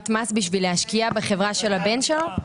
מס בשביל להשקיע בחברה של הבן שלו?